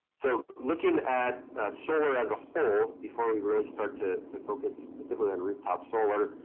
so, looking at solar as a whole before we really start to to focus specifically on rooftop solar,